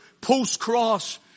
post-cross